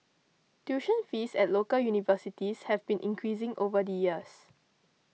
tuition fees at local universities have been increasing over the years